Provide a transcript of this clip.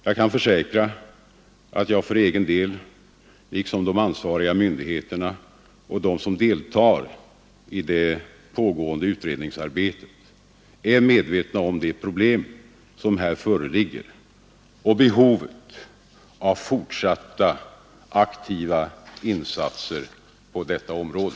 Jag kan försäkra att jag för egen del liksom de ansvariga myndigheterna och de som deltar i det pågående utredningsarbetet är medvetna om de problem som här föreligger och behovet av fortsatta aktiva insatser på detta område.